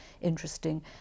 interesting